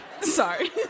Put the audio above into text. sorry